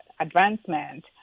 advancement